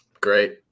Great